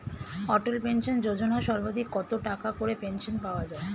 অটল pension Yojana সর্বাধিক কত টাকা করে পেনশন পাওয়া যায়?